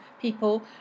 people